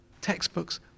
textbooks